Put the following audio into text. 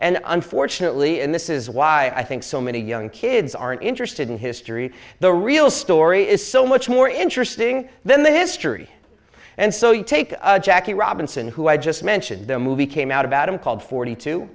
and unfortunately and this is why i think so many young kids aren't interested in history the real story is so much more interesting than the history and so you take jackie robinson who i just mentioned the movie came out about him called forty